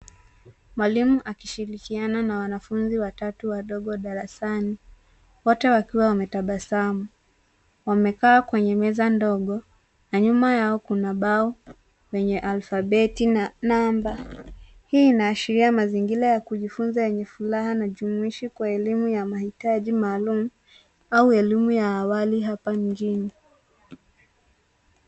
Mwalimu akishirikiana na wanafunzi watatu wadogo darasani, wote wakiwa wametabasamu. Wamekaa kwenye meza ndogo na nyuma yao kuna bao lenye alfabeti na namba. Hii inaashiria mazingira ya kujifunza yenye furaha na jumuishi kwa elimu ya mahitaji maalum au elimu ya awali hapa nchini.